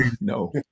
no